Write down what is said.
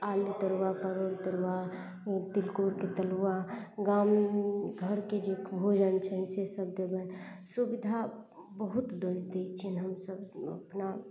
आलू तरुआ परोरके तरुआ तिलकोरके तरुआ गाम घरके जे भोजन छनि से सब देबनि सुविधा बहुत दिस दै छियनि हमसब अपना